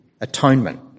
Atonement